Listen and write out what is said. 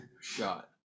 shot